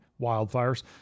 wildfires